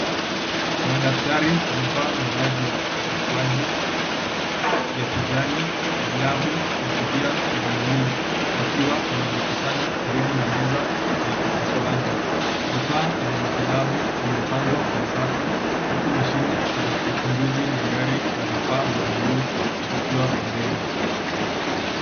Madaktari wamevaa mavazi ya upasuaji ya kijani, glavu, na kofia za buluu wakiwa wamejikusanya karibu na meza ya upasuaji. Vifaa vya matibabu vimepangwa kwa usafi huku mashine za uchunguzi na gari la vifaa vya buluu zikiwa pembeni.